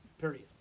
period